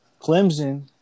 Clemson